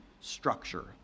structure